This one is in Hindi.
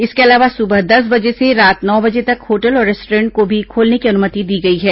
इसके अलावा सुबह दस बजे से रात नौ बजे तक होटल और रेस्टॉरेंट को भी खोलने की अनुमति दी गई है